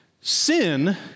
Sin